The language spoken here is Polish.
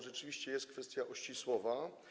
Rzeczywiście, jest kwestia Ościsłowa.